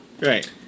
Right